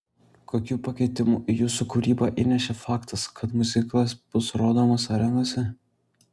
kokių pakeitimų į jūsų kūrybą įnešė faktas kad miuziklas bus rodomas arenose